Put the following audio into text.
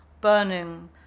burning